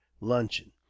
luncheon